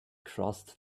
crossed